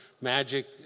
magic